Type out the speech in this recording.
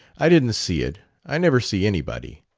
i didn't see it i never see anybody.